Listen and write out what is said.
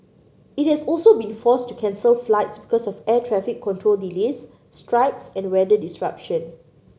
it has also been forced to cancel flights because of air traffic control delays strikes and weather disruption